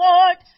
Lord